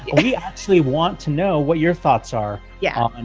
we actually want to know what your thoughts are. yeah, and